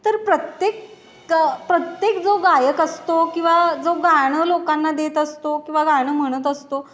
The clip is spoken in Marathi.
तर प्रत्येक प्रत्येक जो गायक असतो किंवा जो गाणं लोकांना देत असतो किंवा गाणं म्हणत असतो